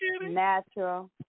natural